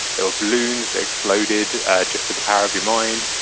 there were balloons that exploded just with the power of your mind.